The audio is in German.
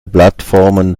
plattformen